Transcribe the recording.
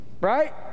Right